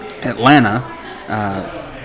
Atlanta